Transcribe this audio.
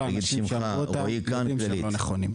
שאני חושב שכל האנשים ששמעו אותם יודעים שהם לא נכונים.